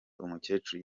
umukecuru